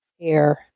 air